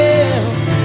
else